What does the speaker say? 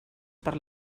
per